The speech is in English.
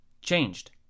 changed